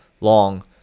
long